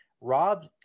Rob